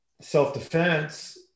self-defense